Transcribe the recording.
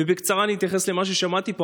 ובקצרה אני אתייחס למה ששמעתי פה.